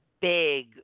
Big